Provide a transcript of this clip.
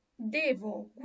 devo